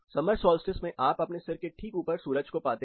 summer solstice में आप अपने सिर के ठीक ऊपर सूरज को पाते हैं